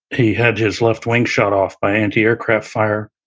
he had his left wing shot off by anti-aircraft fire.